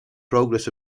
progress